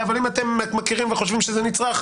אבל אם אתם מכירים וחושבים שזה נצרך,